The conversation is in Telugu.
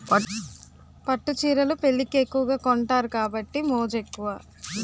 పట్టు చీరలు పెళ్లికి ఎక్కువగా కొంతారు కాబట్టి మోజు ఎక్కువ